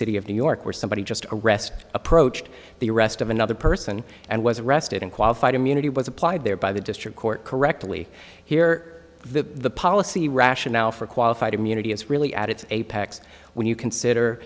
city of new york where somebody just arrest approached the arrest of another person and was arrested and qualified immunity was applied there by the district court correctly here the policy rationale for qualified immunity is really at its apex when you consider